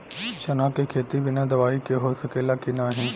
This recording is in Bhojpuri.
चना के खेती बिना दवाई के हो सकेला की नाही?